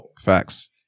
facts